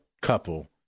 couple